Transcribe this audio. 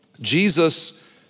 Jesus